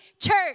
Church